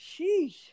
sheesh